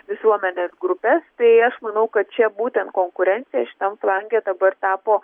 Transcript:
visuomenės grupes tai aš manau kad čia būtent konkurencija tam flange dabar tapo